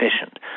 efficient